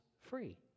free